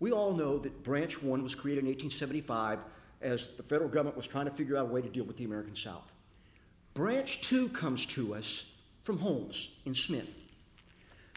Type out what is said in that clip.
we all know that branch one was created eight hundred seventy five as the federal government was trying to figure out a way to deal with the american south bridge to comes to us from homes in smith